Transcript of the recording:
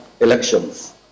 elections